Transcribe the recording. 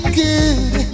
good